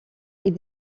est